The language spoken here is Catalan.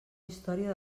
història